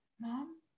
mom